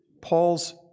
Paul's